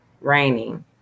raining